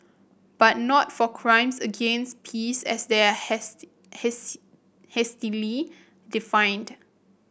but not for crimes against peace as their hasty hastily defined